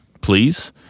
please